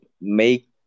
make